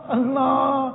Allah